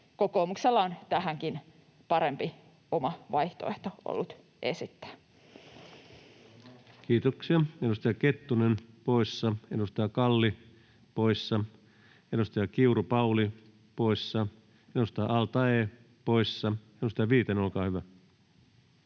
Kokoomuksella on tähänkin parempi oma vaihtoehto ollut esittää. Kiitoksia. — Edustaja Kettunen poissa, edustaja Kalli poissa, edustaja Kiuru, Pauli poissa, edustaja al-Taee poissa. — Edustaja Viitanen, olkaa hyvä.